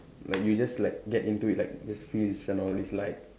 like you just like get into it like just freeze and all it's like